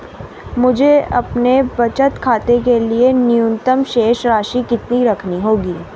मुझे अपने बचत खाते के लिए न्यूनतम शेष राशि कितनी रखनी होगी?